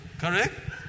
Correct